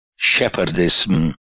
shepherdism